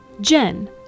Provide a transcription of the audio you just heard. Jen